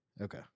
Okay